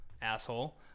Asshole